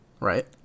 Right